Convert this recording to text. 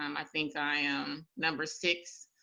um i think i am number six,